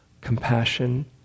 compassion